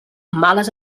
males